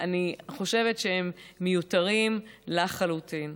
אני חושבת שהם מיותרים לחלוטין.